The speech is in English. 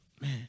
man